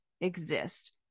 exist